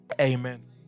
Amen